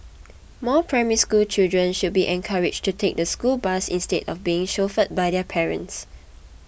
more Primary School children should be encouraged to take the school bus instead of being chauffeured by their parents